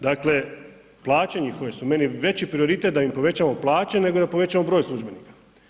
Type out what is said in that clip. Dakle, plaće njihove su meni veći prioritet da im povećamo plaće nego da povećamo broj službenika.